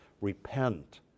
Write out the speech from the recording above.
repent